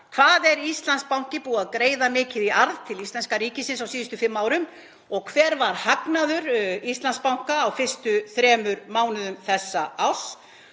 Hvað er Íslandsbanki búinn að greiða mikið í arð til íslenska ríkisins á síðustu fimm árum? Hver var hagnaður Íslandsbanka á fyrstu þremur mánuðum þessa árs?